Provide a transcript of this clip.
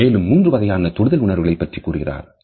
அவர் மேலும் மூன்று வகையான தொடு உணர்வுகளைப் பற்றி கூறுகிறார்